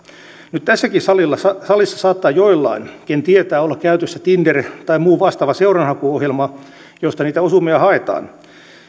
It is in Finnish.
nyt tässäkin salissa salissa saattaa joillain ken tietää olla käytössä tinder tai muu vastaava seuranhakuohjelma josta niitä osumia haetaan